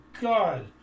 God